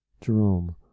Jerome